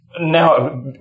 Now